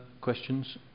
questions